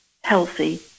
healthy